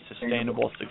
sustainable